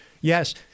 Yes